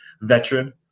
veteran